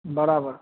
બરાબર